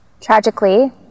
Tragically